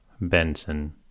Benson